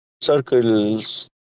circles